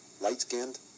light-skinned